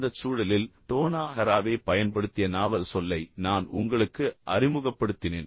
அந்தச் சூழலில் Donna Haraway பயன்படுத்திய நாவல் சொல்லை நான் உங்களுக்கு அறிமுகப்படுத்தினேன்